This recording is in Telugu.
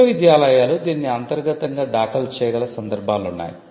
విశ్వవిద్యాలయాలు దీన్ని అంతర్గతంగా దాఖలు చేయగల సందర్భాలు ఉన్నాయి